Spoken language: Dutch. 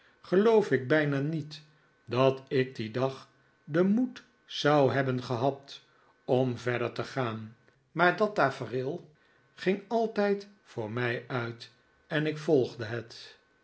geloof ik bijna niet dat ik dien dag den moed zou hebben gehad om verder te gaan maar dat tafereel ging altijd voor mij uit en ik volgde het